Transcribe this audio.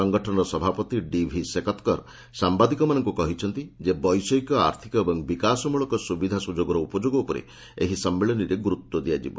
ସଂଗଠନର ସଭାପତି ଡିଭି ଶେକତ୍କର ସାମ୍ବାଦିକମାନଙ୍କୁ କହିଛନ୍ତି ଯେ ବୈଷୟିକ ଆର୍ଥିକ ଓ ବିକାଶମୃଳକ ସୁବିଧା ସୁଯୋଗର ଉପଯୋଗ ଉପରେ ଏହି ସମ୍ମିଳନୀରେ ଗୁରୁତ୍ୱ ଦିଆଯିବ